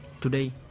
today